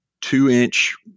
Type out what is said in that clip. two-inch